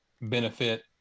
benefit